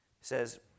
says